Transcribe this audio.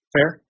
Fair